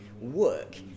work